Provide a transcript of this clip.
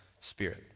spirit